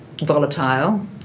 volatile